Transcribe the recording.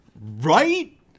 Right